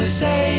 say